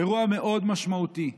אירוע מאוד משמעותי,